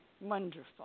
Wonderful